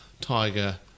Tiger